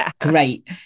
great